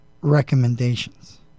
recommendations